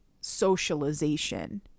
socialization